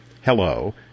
Hello